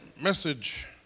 message